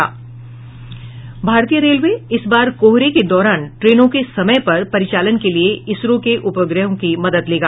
भारतीय रेलवे इस बार कोहरे के दौरान ट्रेनों के समय पर परिचालन के लिए इसरो के उपग्रहों की मदद लेगा